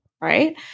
right